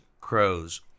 Crow's